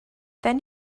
then